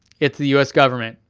it's the us government,